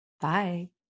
Bye